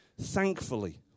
thankfully